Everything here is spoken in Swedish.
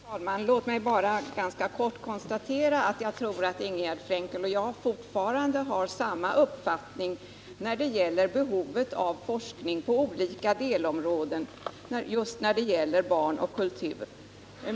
Herr talman! Låt mig bara helt kort konstatera att jag tror att Ingegärd Frenkel och jag fortfarande har samma uppfattning när det gäller behovet av forskning på olika delområden beträffande barn och kultur.